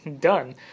Done